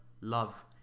love